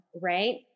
right